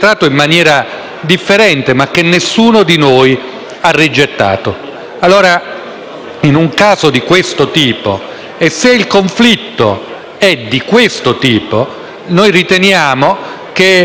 In un caso come questo e se il conflitto è di questo tipo, noi riteniamo che la soppressione del